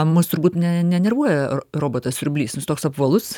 mus turbūt ne nenervuoja robotas siurblys nu jis toks apvalus